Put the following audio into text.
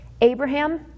Abraham